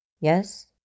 Yes